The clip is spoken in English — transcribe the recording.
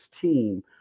team